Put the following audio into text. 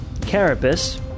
Carapace